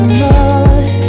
more